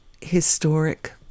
historic